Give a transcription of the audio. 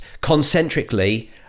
concentrically